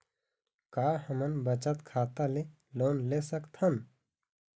का हमन बचत खाता ले लोन सकथन?